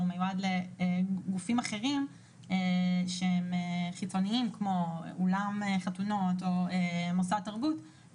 הוא מיועד לגופים אחרים שהם חיצוניים כמו אולם חתונות או מוסד תרבות,